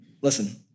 Listen